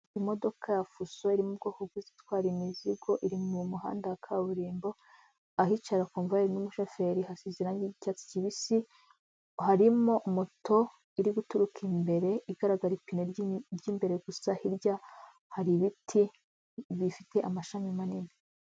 Imodoka ya fuso iri mu bwoko bw'izitwara imizigo, iri mu muhanda wa kaburimbo, ahicara kumvayeri n'umushoferi hasize irange ry'icyatsi kibisi, harimo moto iri guturuka imbere igaragara ipine ry'imbere gusa, hirya hari ibiti bifite amashami manini.